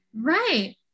Right